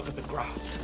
the ground?